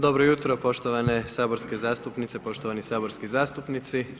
Dobro jutro poštovane saborske zastupnice, poštovani saborski zastupnici.